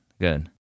good